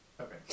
Okay